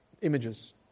images